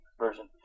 version